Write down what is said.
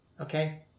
Okay